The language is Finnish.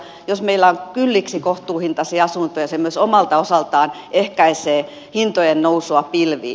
jos meillä on kylliksi kohtuuhintaisia asuntoja se myös omalta osaltaan ehkäisee hintojen nousua pilviin